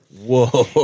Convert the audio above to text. Whoa